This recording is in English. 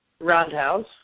Roundhouse